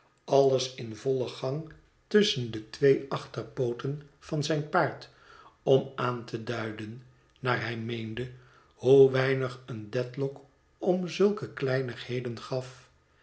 alles in vollen gang tusschen de twee achterpooten van zijn paard om aan te duiden naar hij meende hoe weinig een dedlock om zulke kleinigheden gaf